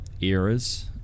eras